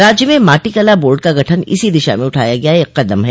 राज्य में माटी कला बोर्ड का गठन इसी दिशा में उठाया गया एक कदम है